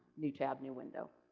new tab, new window.